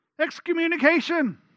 Excommunication